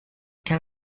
can